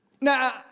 Now